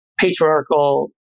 patriarchal